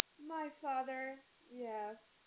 my father, yes.